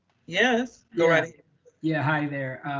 yes. yeah, hi there.